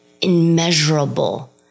immeasurable